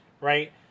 Right